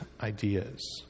ideas